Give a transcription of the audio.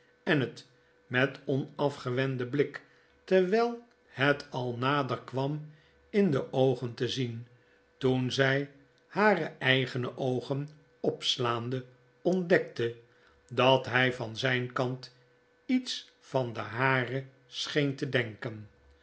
en het met onafgewenden blik terwijl het al nader kwara in de oogen te zien toen zy hare eigene oogen opslaande ontdekte dat hy van zyn kant iets van de hare scheen te denken